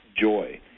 joy